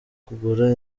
kugura